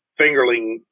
fingerling